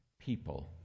people